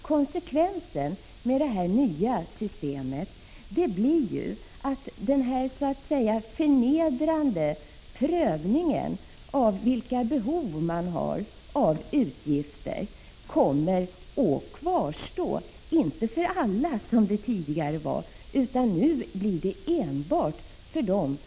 Konsekvensen med det nya systemet blir emellertid att den förnedrande prövningen av vilka behov och utgifter man har kommer att kvarstå — inte för alla, som det var tidigare, utan nu blir det enbart de som har de sämsta — Prot.